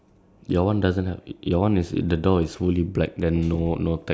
no your police car your police car still have no North shore taxi